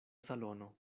salono